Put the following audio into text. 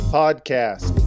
podcast